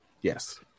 yes